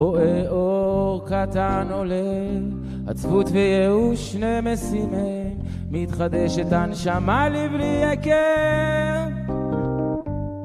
רואה אור קטן עולה, עצבות וייאוש נמסים הם, מתחדשת הנשמה לבלי היכר.